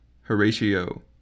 Horatio